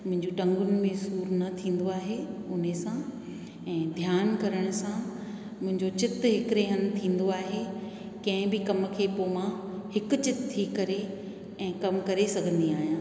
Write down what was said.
मुंहिंजी टंगुनि में बि सूर न थींदो आहे उन सां ऐं ध्यान करण सां मुंहिंजो चितु हिकिड़े हंध थींदो आहे कंहिं बि कम खे पोइ मां हिकु चित थी करे ऐं कमु करे सघंदी आहियां